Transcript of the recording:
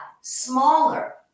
smaller